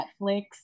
Netflix